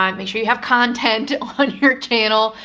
um make sure you have content on your channel.